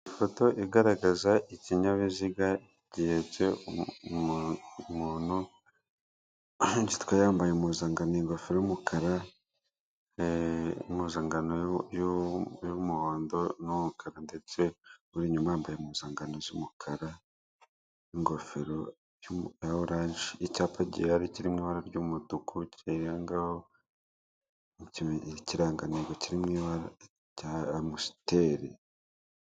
Ifoto igaragaza ikinyabiziga gihetse umuntu, ugitwa yambaye impuzangano, ingofero y'umukara , impuzangano y'umuhondo n'umukara, ndetse uri inyuma yambaye impuzangano z'umukara, ingofero ya orange. Icyapa gihari, kiri mu ibara ry'umutuku, kirangaho ikirangantego kiri mu ibara, cya amusiteri.